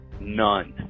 None